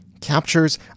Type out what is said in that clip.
captures